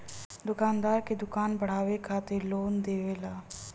दुकानदार के दुकान बढ़ावे खातिर लोन देवेला